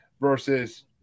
versus